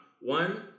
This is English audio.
One